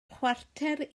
chwarter